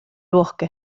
bosque